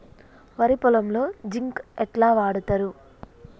వరి పొలంలో జింక్ ఎట్లా వాడుతరు?